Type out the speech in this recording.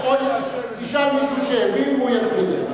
תשאל מישהו שהבין והוא יסביר לך.